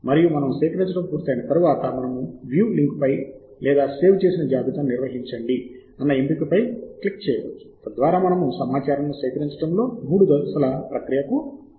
మరియు మనము సేకరించడం పూర్తయిన తర్వాత మనము వ్యూ లింక్ పై లేదా "సేవ్ చేసిన జాబితాను నిర్వహించండి" ఎంపిక ని క్లిక్ చేయవచ్చు తద్వారా మనము సమాచారమును సేకరించడంలో మూడు దశల ప్రక్రియకు వెళ్ళవచ్చు